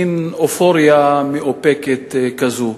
מין אופוריה מאופקת כזו.